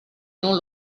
non